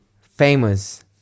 famous